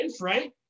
right